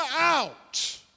out